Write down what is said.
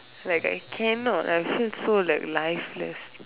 like I cannot I feel so like lifeless